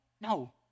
No